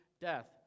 death